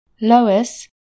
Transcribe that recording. Lois